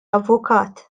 avukat